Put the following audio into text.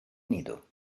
nido